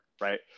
right